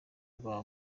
rwa